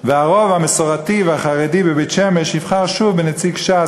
והרוב המסורתי והחרדי בבית-שמש יבחר שוב בנציג ש"ס,